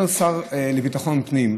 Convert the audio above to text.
אומר השר לביטחון פנים: